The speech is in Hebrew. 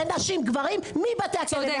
בנשים ובגברים מבתי הכלא.